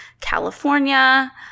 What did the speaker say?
California